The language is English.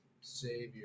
savior